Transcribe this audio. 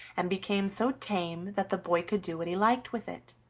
and became so tame that the boy could do what he liked with it.